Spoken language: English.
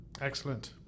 Excellent